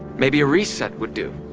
maybe a reset would do.